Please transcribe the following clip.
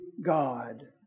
God